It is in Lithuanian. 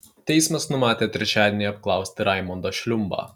teismas numatė trečiadienį apklausti raimondą šliumbą